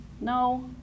No